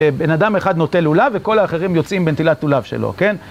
בן אדם אחד נוטל לולב, וכל האחרים יוצאים בנטילת לולב שלו, כן?